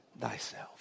thyself